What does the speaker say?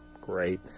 Great